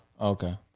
Okay